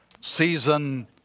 season